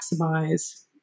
maximize